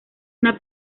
una